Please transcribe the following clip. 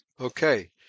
okay